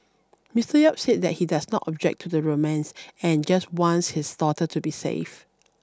Mister Yap said that he does not object to the romance and just wants his daughter to be safe